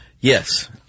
Yes